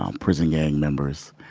um prison gang members.